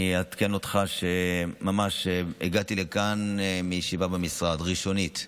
אני אעדכן אותך שממש הגעתי לכאן מישיבה ראשונית במשרד.